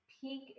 peak